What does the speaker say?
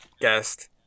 guest